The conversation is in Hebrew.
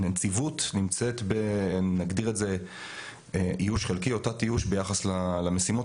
הנציבות נמצאת באיוש חלקי או תת איוש ביחס למשימות.